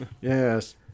Yes